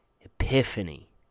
epiphany